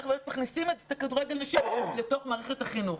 איך מכניסים את כדורגל הנשים לתוך מערכת החינוך.